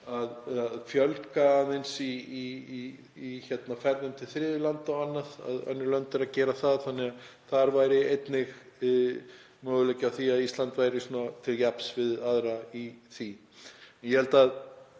að fjölga aðeins ferðum til þriðju landa, önnur lönd eru að gera það, þar væri einnig möguleiki á því að Ísland stæði til jafns við aðra í því. Ég held að